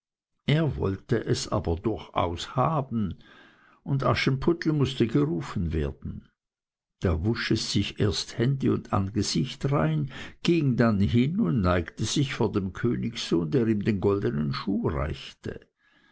er wollte es aber durchaus haben und aschenputtel mußte gerufen werden da wusch es sich erst hände und angesicht rein ging dann hin und neigte sich vor dem königssohn der ihm den goldenen schuh reichte